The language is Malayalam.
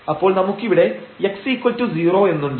അപ്പോൾ നമുക്കിവിടെ x0 എന്നുണ്ട്